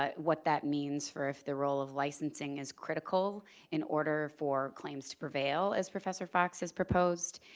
ah what that means for if the role of licensing is critical in order for claims to prevail, as professor fox has proposed.